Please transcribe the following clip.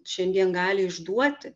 šiandien gali išduoti